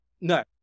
No